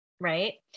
right